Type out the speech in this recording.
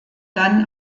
dann